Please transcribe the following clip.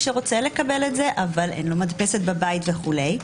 שרוצה לקבל את זה אבל אין לו מדפסת בבית וכולי.